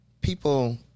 people